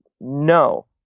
no